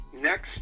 next